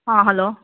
ꯑꯥ hello